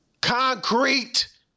Concrete